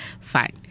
fine